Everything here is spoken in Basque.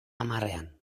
hamarrean